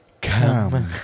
come